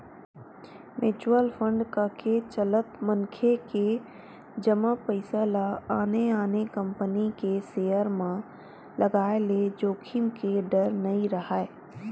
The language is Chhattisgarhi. म्युचुअल फंड कके चलत मनखे के जमा पइसा ल आने आने कंपनी के सेयर म लगाय ले जोखिम के डर नइ राहय